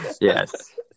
Yes